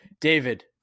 David